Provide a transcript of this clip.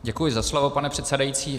Děkuji za slovo, pane předsedající.